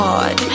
God